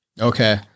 Okay